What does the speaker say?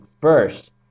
first